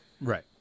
Right